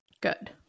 good